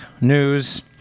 news